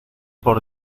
por